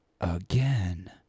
again